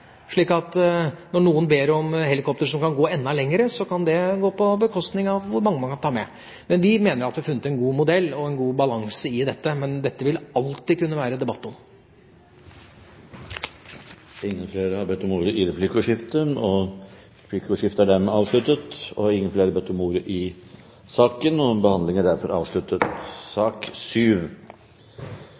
Når noen ber om helikoptre som kan gå enda lenger, kan det gå på bekostning av hvor mange man kan ta med. Vi mener at vi har funnet en god modell og en god balanse, men dette vil det alltid kunne være debatt om. Replikkordskiftet er omme. Flere har ikke bedt om ordet til sak nr. 6. Ingen har bedt om ordet. Det er viktig at ei straff har